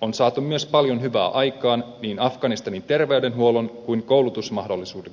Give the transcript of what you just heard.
on saatu myös paljon hyvää aikaan niin afganistanin terveydenhuollon kuin koulutusmahdollisuuksienkin osalta